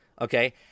okay